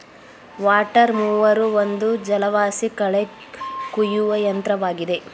water mower ಒಂದು ಜಲವಾಸಿ ಕಳೆ ಕುಯ್ಯುವ ಯಂತ್ರವಾಗಿದೆ